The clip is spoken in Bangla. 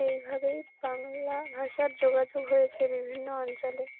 এইভাবেই বাংলা ভাষার যোগাযোগ হয়েছে বিভিন্ন অঞ্চলে